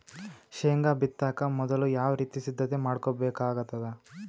ಶೇಂಗಾ ಬಿತ್ತೊಕ ಮೊದಲು ಯಾವ ರೀತಿ ಸಿದ್ಧತೆ ಮಾಡ್ಬೇಕಾಗತದ?